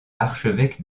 archevêque